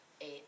eight